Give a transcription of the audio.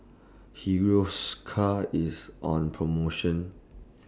Hiruscar IS on promotion